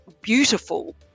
beautiful